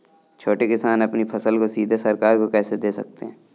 छोटे किसान अपनी फसल को सीधे सरकार को कैसे दे सकते हैं?